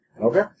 Okay